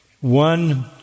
One